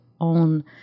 own